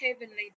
heavenly